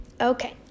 Okay